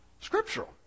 scriptural